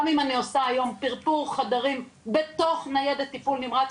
גם אני עושה היום פרפור חדרים בתוך ניידת טיפול נמרץ,